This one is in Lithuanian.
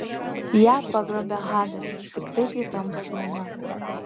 ją pagrobia hadas tik taip ji tampa žmona